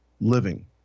living